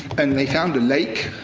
and they found a lake,